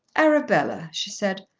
arabella, she said,